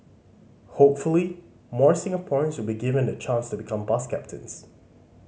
hopefully more Singaporeans will be given the chance to become bus captains